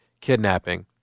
kidnapping